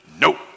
Nope